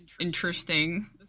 interesting